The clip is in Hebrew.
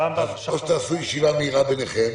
תעשו ישיבה מהירה ביניכם,